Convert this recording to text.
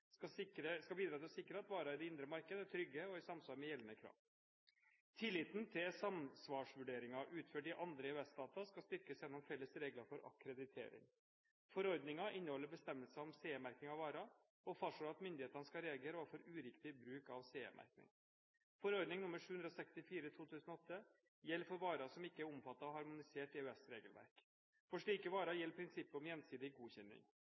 skal bidra til å sikre at varer i det indre marked er trygge og i samsvar med gjeldende krav. Tilliten til samsvarsvurderinger utført i andre EØS-stater skal styrkes gjennom felles regler for akkreditering. Forordningen inneholder bestemmelser om CE-merking av varer og fastslår at myndighetene skal reagere overfor uriktig bruk av CE-merking. Forordning nr. 764/2008 gjelder for varer som ikke er omfattet av harmonisert EØS-regelverk. For slike varer gjelder prinsippet om gjensidig godkjenning.